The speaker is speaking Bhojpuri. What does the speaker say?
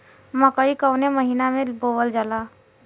मकई कवने महीना में बोवल जाला?